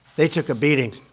they took a beating.